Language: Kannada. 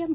ಎಂ